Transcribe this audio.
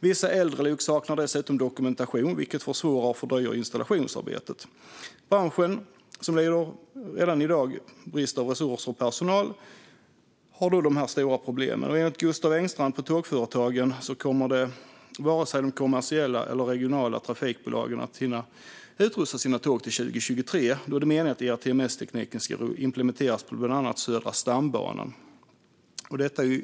Vissa äldre lok saknar dessutom dokumentation, vilket försvårar och fördröjer installationsarbetet. Branschen, som redan i dag har brist på resurser och personal, har dessa stora problem. Enligt Gustaf Engstrand på Tågföretagen kommer varken de kommersiella eller de regionala trafikbolagen att hinna utrusta sina tåg till 2023, då det är meningen att ERTMS-tekniken ska implementeras på bland annat Södra stambanan.